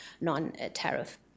non-tariff